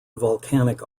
volcanic